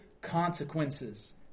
consequences